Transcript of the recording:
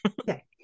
Okay